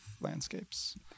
landscapes